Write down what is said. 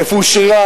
איפה הוא שירת,